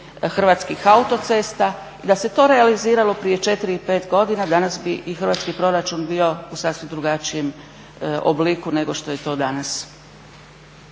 Hrvatskih autocesta i da se to realiziralo prije 4 ili 5 godina danas bi i hrvatski proračun bio u sasvim drugačijem obliku nego što je to danas.